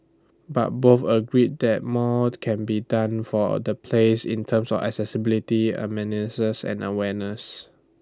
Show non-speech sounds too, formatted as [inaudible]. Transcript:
but both agreed that more can be done for [hesitation] the place in terms of accessibility [unintelligible] and awareness